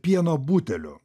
pieno buteliu